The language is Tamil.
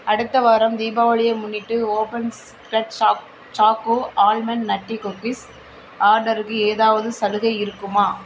அடுத்த வாரம் தீபாவளியை முன்னிட்டு open secret choc choco almond nutty cookies ஆர்டருக்கு ஏதாவது சலுகை இருக்குமா